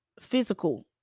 physical